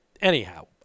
anyhow